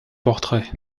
portraits